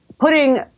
putting